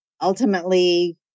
ultimately